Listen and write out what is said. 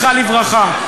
זכרה לברכה,